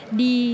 di